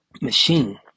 machine